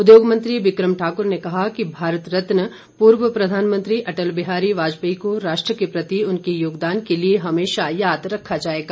उद्योग मंत्री बिक्रम ठाकुर ने कहा कि भारत रत्न पूर्व प्रधानमंत्री अटल बिहारी वाजपेयी को राष्ट्र के प्रति उनके योगदान के लिए हमेशा याद रखा जाएगा